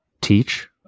teach